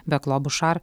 be klobušar